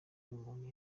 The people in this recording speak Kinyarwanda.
bumuntu